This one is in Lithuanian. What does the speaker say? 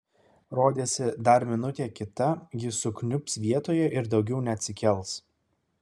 rodėsi dar minutė kita ji sukniubs vietoje ir daugiau neatsikels